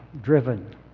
driven